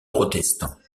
protestants